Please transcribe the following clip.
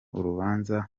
urubanza